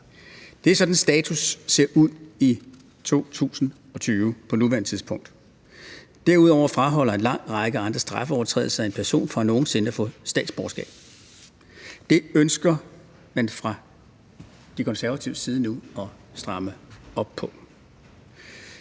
Det er sådan, status ser ud i 2020, på nuværende tidspunkt. Derudover afholder en lang række andre overtrædelse en person fra nogen sinde at få statsborgerskab. Det ønsker man fra De Konservatives side nu at stramme op på.